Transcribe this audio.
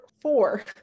four